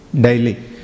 daily